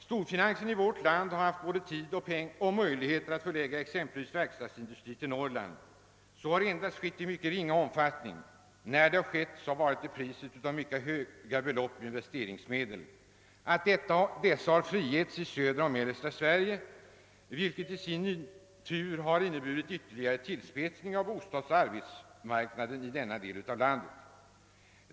Storfinansen har haft både tid och möjligheter att förlägga exempelvis verkstadsindustrier till Norrland, men så har skett endast i mycket ringa omfattning. När man gjort det har det varit till priset av att mycket höga belopp av investeringsmedel frisläppts i södra och mellersta Sverige, vilket i sin tur har inneburit ytterligare tillspetsning av bostadsoch arbetsmarknaden i denna del av landet.